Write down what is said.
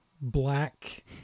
black